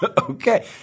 Okay